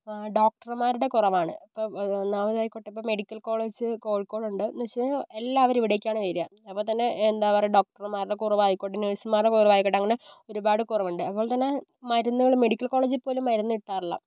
ഇപ്പോൾ ഡോക്ടർമാരുടെ കുറവാണ് അപ്പോൾ ഒന്നാമതായിക്കോട്ടെ മെഡിക്കൽ കോളേജ് കോഴിക്കോടുണ്ട് എന്ന് വെച്ചാൽ എല്ലാവരും ഇവിടേക്കാണ് വരിക അപ്പോൾ തന്നെ എന്താ പറയുക ഡോക്ടർമാരുടെ കുറവായിക്കോട്ടെ നഴ്സുമാരുടെ കുറവായിക്കോട്ടെ അങ്ങനെ ഒരുപാട് കുറവുണ്ട് അപ്പോൾ തന്നെ മരുന്നുകളും മെഡിക്കൽ കോളേജിൽ പോലും മരുന്ന് കിട്ടാറില്ല